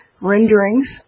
renderings